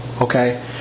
okay